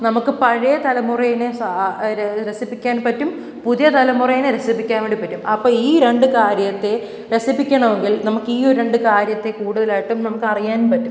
നമുക്ക് പഴയ തലമുറയിനെ സാ ര രസിപ്പിക്കാൻ പറ്റും പുതിയ തലമുറയിനെ രസിപ്പിക്കാൻ വേണ്ടി പറ്റും അപ്പം ഈ രണ്ടു കാര്യത്തെ രസിപ്പിക്കണമെങ്കിൽ നമുക്കീ രണ്ടു കാര്യത്തെ കൂടുതലായിട്ടും നമുക്കറിയാൻ പറ്റും